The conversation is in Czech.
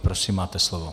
Prosím, máte slovo.